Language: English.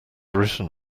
written